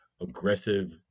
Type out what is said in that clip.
aggressive